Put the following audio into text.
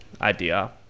idea